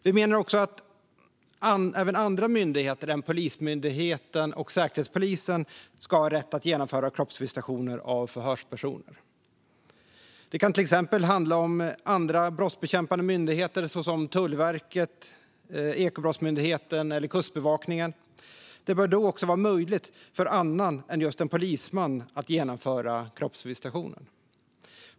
Vi menar också att även andra myndigheter än Polismyndigheten och Säkerhetspolisen ska ha rätt att genomföra kroppsvisitationer av förhörspersoner. Det kan till exempel handla om andra brottsbekämpande myndigheter såsom Tullverket, Ekobrottsmyndigheten och Kustbevakningen. Det bör då också vara möjligt för annan än just en polisman att genomföra kroppsvisitationen.